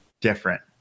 different